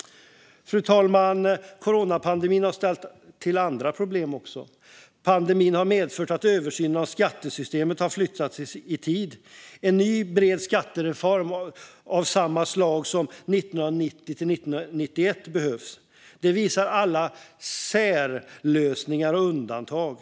Fru talman! Coronapandemin har ställt till med andra problem också. Pandemin har medfört att översynen av skattesystemet har flyttats fram. En ny, bred skattereform av samma slag som 1990/91 behövs. Det visar alla särlösningar och undantag.